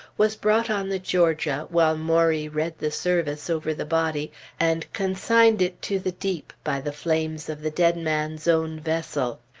was brought on the georgia while maury read the service over the body and consigned it to the deep by the flames of the dead man's own vessel.